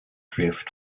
drift